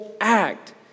act